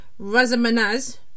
Razamanaz